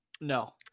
No